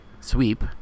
sweep